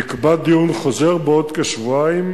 נקבע דיון חוזר בעוד כשבועיים,